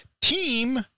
team